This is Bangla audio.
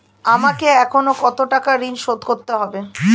আমাকে এখনো কত টাকা ঋণ শোধ করতে হবে?